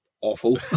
awful